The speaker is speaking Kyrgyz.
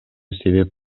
себеп